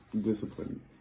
discipline